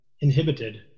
inhibited